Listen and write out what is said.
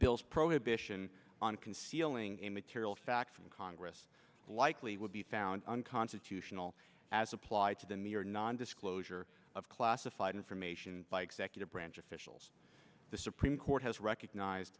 bill's prohibition on concealing a material fact from congress likely would be found unconstitutional as applied to the near non disclosure of classified information by executive branch officials the supreme court has recognized